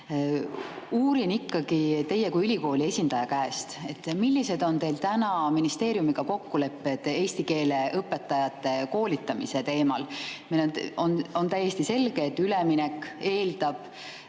Uurin teie kui ülikooli esindaja käest, millised on teil täna ministeeriumiga kokkulepped eesti keele õpetajate koolitamise teemal. On täiesti selge, et üleminek eeldab